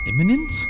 imminent